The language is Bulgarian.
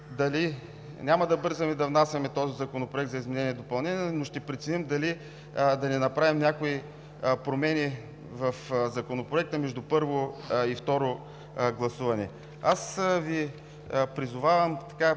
Няма да бързаме да внасяме този законопроект за изменение и допълнение, но ще преценим дали да не направим някои промени в Законопроекта между първо и второ гласуване. Призовавам Ви